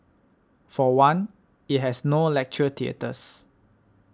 for one it has no lecture theatres